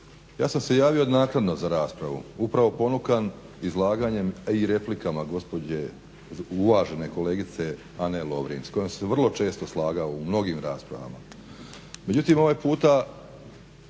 Ja sam se javio naknadno za raspravu upravo ponukan izlaganjem i replikama gospođe, uvažene kolegice Ane Lovrin s kojim se vrlo često slagao u mnogim raspravama. Međutim, ovaj puta